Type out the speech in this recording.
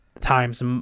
times